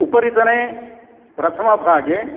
उपरितने प्रथमभागे